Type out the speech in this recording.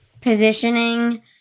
positioning